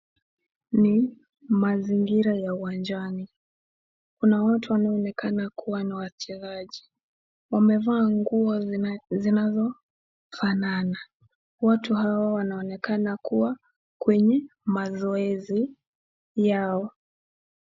Ni mazingira ya uwanjani. Kuna watu ambao wanaonekana ni wachezaji. Wamevaa nguo zinazofanana. Watu hawa wanaonekana wako kwenye mazoezi yao.